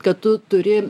kad tu turi